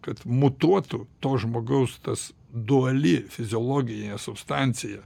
kad mutuotų to žmogaus tas duali fiziologinė substancija